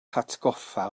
hatgoffa